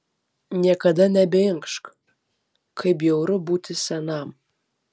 niekada nebeinkš kaip bjauru būti senam